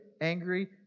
angry